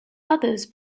others